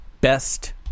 best